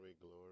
glory